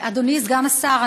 אדוני סגן השר,